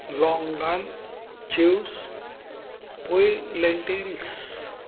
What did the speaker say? longan juice पोयलँंटिल्स